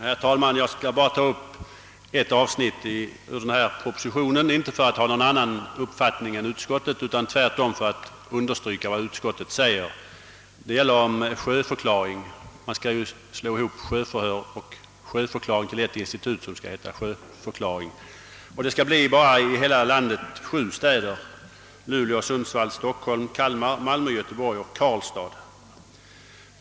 Herr talman! Jag skall bara ta upp ett avsnitt i propositionen. Jag har inte någon annan uppfattning än utskottet och vill endast understryka vad utskottet säger om sjöförklaring. Man skall nu slå ihop sjöförhör och sjöförklaring till ett institut med det senare namnet. I hela landet skall sjöförklaring kunna hållas endast i sju städer, nämligen Luleå, Sundsvall, Stockholm, Kalmar, Malmö, Göteborg och Karlstad.